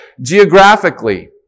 geographically